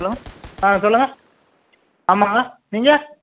hello ஆ சொல்லுங்கள் ஆமாங்க நீங்கள்